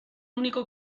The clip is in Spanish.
único